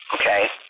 okay